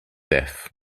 death